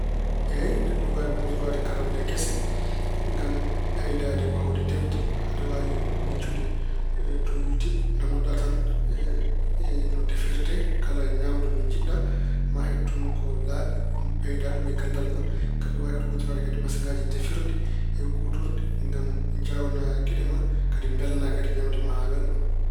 Eey, neɗɗo ina waawi huutoraade karallel kese ngam ɓeydaade waawde defde. Aɗa waawi huccude to Yutib, naamnoɗa tan no defirte kala ñaamdu ndu jiɗɗa, maa heɓ toon to ko laaɓi, ɓennda ɗum e ganndal ma. Kadi aɗa waawi kadi huutorto masiŋaaji defirɗi e kuutorɗi ngam njaawna geɗe ma kadi mbelna kadi ñaamde ma haa wela.